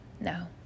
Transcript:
No